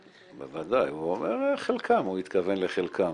בוודאי, הוא אומר חלקם, הוא התכוון לחלקם.